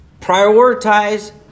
Prioritize